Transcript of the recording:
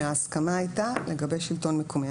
ההסכמה הייתה לגבי שלטון מקומי.